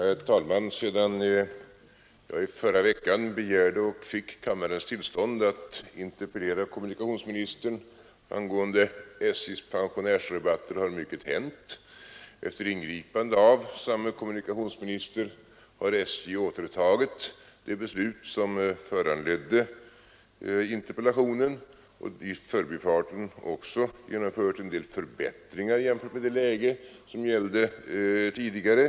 Herr talman! Sedan jag i förra veckan begärt kammarens tillstånd att interpellera kommunikationsministern angående SJ:s pensionärsrabatter har mycket hänt. Efter ingripande av samme kommunikationsminister har SJ återtagit det beslut som föranledde interpellationen och i förbifarten också genomfört en del förbättringar jämfört med det läge som rådde tidigare.